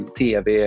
tv